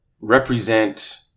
represent